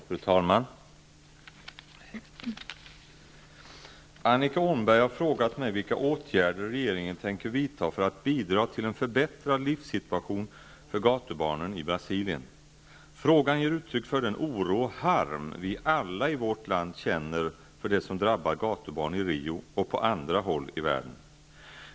Fru talman! Annika Åhnberg har frågat mig vilka åtgärder regeringen tänker vidta för att bidra till en förbättrad livssituation för gatubarnen i Brasilien. Frågan ger uttryck för den oro och harm vi alla i vårt land känner för det som drabbar gatubarnen i Rio och på andra håll i världen.